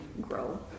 grow